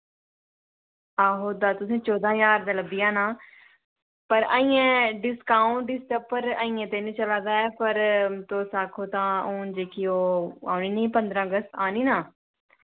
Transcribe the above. आहो तां तुसें चौदां ज्हार दा लब्भी जाना पर अजें डिस्काउंट इसदे उप्पर अजें ते निं चला दा ऐ पर तुस आखो तां हून जेह्की ओह् आनी निं पंदरां अगस्त आनी ना